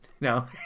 No